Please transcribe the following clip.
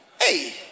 Hey